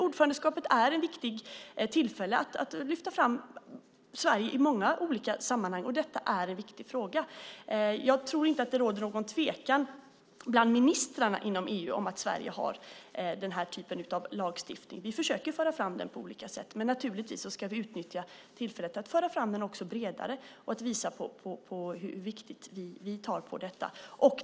Ordförandeskapet är ett viktigt tillfälle att lyfta fram Sverige i olika sammanhang. Detta är en viktig fråga. Jag tror inte att det råder något tvivel bland ministrarna inom EU om att Sverige har den typen av lagstiftning. Vi försöker att föra fram den på olika sätt. Naturligtvis ska vi utnyttja tillfället att föra fram den på ett bredare sätt och visa hur stor vikt vi lägger vid detta.